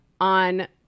on